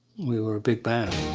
we were a big band.